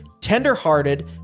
tender-hearted